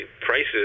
prices